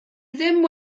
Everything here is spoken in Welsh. ddim